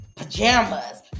Pajamas